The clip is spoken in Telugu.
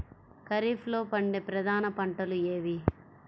ఖరీఫ్లో పండే ప్రధాన పంటలు ఏవి?